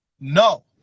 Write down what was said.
no